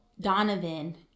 Donovan